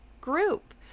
group